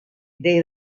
dei